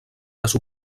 les